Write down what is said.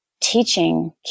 teaching